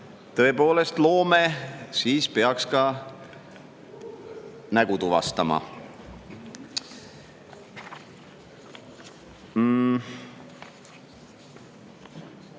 tõepoolest loome, siis peaks ka nägu tuvastama. Meil